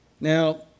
Now